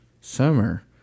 summer